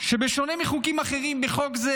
שבשונה מחוקים אחרים, בחוק זה